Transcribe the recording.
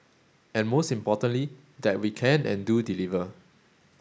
and most importantly that we can and do deliver